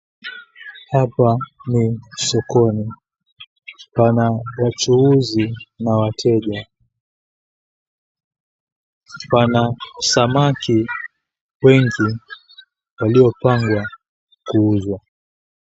Hapa ni sokoni. Pana wachuuzi na wateja. Pana samaki wengi waliopangwa kuuzwa.